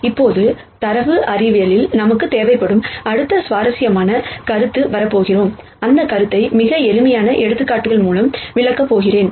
இப்போது data science நமக்குத் தேவைப்படும் அடுத்த சுவாரஸ்யமான கருத்துக்கு வரப்போகிறோம் இந்த கருத்தை மிக எளிமையான எடுத்துக்காட்டுகள் மூலம் விளக்கப் போகிறேன்